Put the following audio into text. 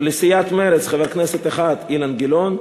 לסיעת מרצ, חבר כנסת אחד: אילן גילאון.